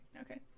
Okay